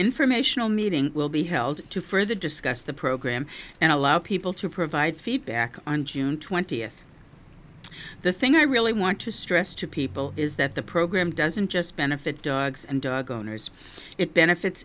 informational meeting will be held to further discuss the program and allow people to provide feedback on june twentieth the thing i really want to stress to people is that the program doesn't just benefit dogs and dog owners it benefits